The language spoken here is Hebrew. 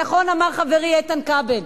נכון אמר חברי איתן כבל: